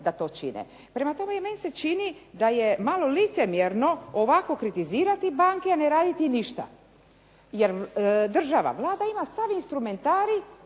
Prema tome, meni se čini da je malo licemjerno ovako kritizirati banke, a ne raditi ništa. Jer država, Vlada ima sav instrumentariji